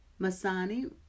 Masani